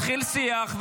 מתחיל שיח,